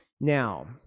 Now